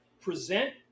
present